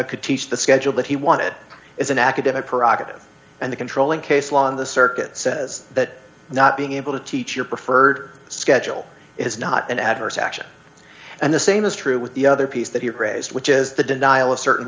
onya could teach the schedule that he wanted is an academic prerogative and the controlling case law on the circuit says that not being able to teach your preferred schedule is not an adverse action and the same is true with the other piece that you praised which is the denial of certain